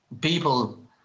people